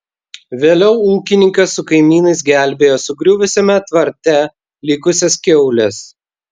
vėliau ūkininkas su kaimynais gelbėjo sugriuvusiame tvarte likusias kiaules